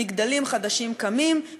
מגדלים חדשים קמים,